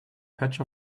patch